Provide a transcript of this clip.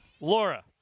Laura